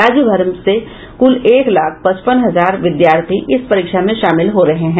राज्यभर से कुल एक लाख पचपन हजार विद्यार्थी इस परीक्षा में शामिल हो रहे हैं